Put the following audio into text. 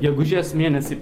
gegužės mėnesį